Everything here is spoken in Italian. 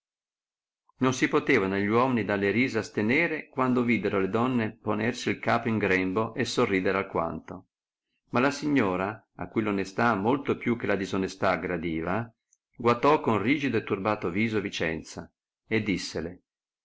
non si potevano gli uomini dalle risa astenere quando videro le donne ponersi il capo in grembo e sorridere alquanto ma la signora a cui l onestà molto più che la disonestà aggradiva guatò con rigido e turbato viso vicenza e dissele